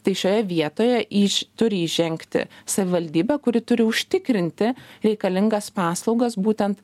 tai šioje vietoje iš turi įžengti savivaldybė kuri turi užtikrinti reikalingas paslaugas būtent